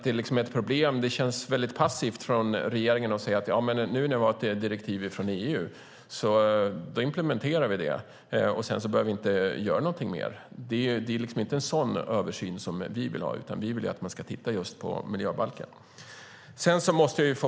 Det känns passivt att regeringen säger att när det nu finns ett direktiv från EU implementerar vi det och behöver inte göra något mer. Det är inte en sådan översyn vi vill ha. Vi vill att man ska titta just på miljöbalken.